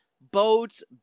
Boats